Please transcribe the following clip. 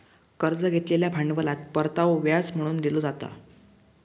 कर्ज घेतलेल्या भांडवलात परतावो व्याज म्हणून दिलो जाता